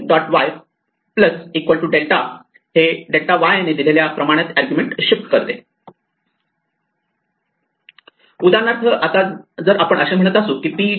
y delta y हे delta y ने दिलेल्या प्रमाणात आर्ग्युमेंट शिफ्ट करते उदाहरणार्थ आता जर आपण असे म्हणत असू की p